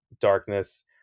darkness